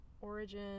Origin